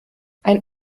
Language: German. ein